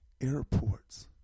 airports